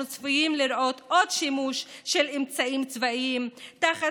אנחנו צפויים לראות עוד שימוש באמצעים צבאיים תחת